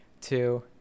two